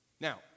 Now